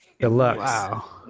deluxe